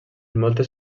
moltes